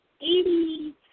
eighty